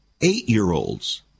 Eight-year-olds